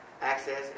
Access